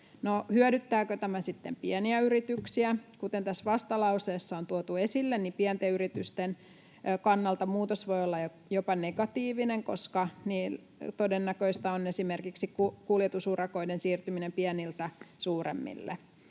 hyödyttääkö tämä sitten pieniä yrityksiä? Kuten tässä vastalauseessa on tuotu esille, pienten yritysten kannalta muutos voi olla jopa negatiivinen, koska todennäköistä on esimerkiksi kuljetusurakoiden siirtyminen pieniltä suuremmille.